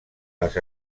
les